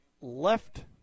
left